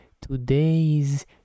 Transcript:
Today's